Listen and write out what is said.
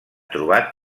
trobat